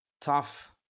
tough